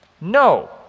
No